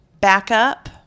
backup